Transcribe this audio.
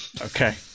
Okay